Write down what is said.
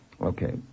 Okay